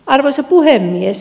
arvoisa puhemies